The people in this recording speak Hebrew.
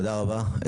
תודה רבה.